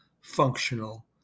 functional